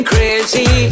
Crazy